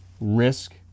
risk